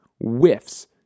whiffs